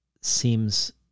seems